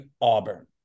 Auburn